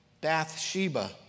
Bathsheba